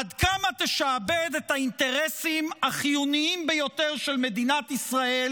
עד כמה תשעבד את האינטרסים החיוניים ביותר של מדינת ישראל